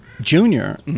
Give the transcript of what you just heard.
Junior